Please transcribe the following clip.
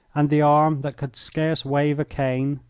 and the arm that could scarce wave a cane,